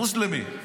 מוסלמי,